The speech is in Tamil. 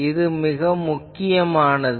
இது முக்கியமானது